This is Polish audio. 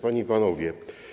Panie i Panowie!